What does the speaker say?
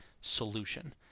solution